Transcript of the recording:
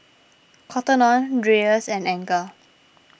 Cotton on Dreyers and Anchor